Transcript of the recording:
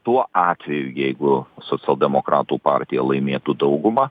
tuo atveju jeigu socialdemokratų partija laimėtų daugumą